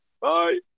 Bye